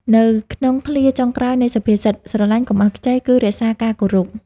នៅក្នុងឃ្លាចុងក្រោយនៃសុភាសិត "ស្រឡាញ់កុំឲ្យខ្ចី" គឺ "រក្សាការគោរព"។